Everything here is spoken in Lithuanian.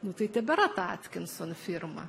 nu tai tebėra ta atkinson firma